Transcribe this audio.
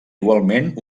igualment